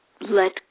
let